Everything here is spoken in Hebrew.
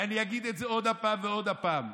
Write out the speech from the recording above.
ואני אגיד את זה עוד פעם ועוד פעם.